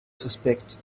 suspekt